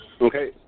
Okay